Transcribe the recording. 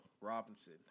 robinson